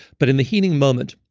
but in the healing moment,